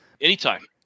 Anytime